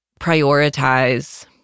prioritize